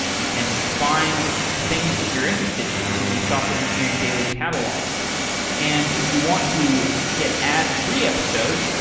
you can find the things that you're interested in in the software engineering daily catalog and if you want to get ad-free episodes,